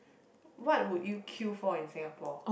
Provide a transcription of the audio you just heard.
what would you queue for in Singapore